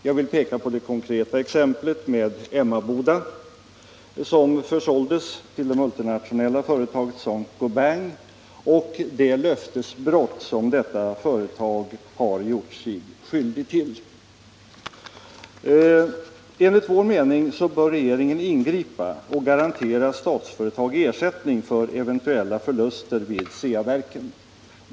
Jag vill ta det konkreta exemplet med Emmaboda, som försåldes till det multinationella företaget Saint Gobain, och det löftesbrott som detta företag har gjort sig skyldigt till. Enligt vår mening bör regeringen ingripa och garantera Statsföretag ersättning för eventuella förluster vid Ceaverken.